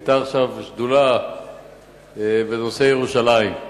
היתה עכשיו שדולה בנושא ירושלים.